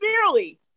sincerely